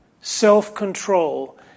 self-control